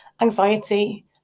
anxiety